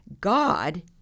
God